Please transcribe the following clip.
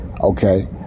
okay